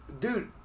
dude